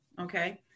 Okay